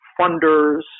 funders